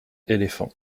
éléphants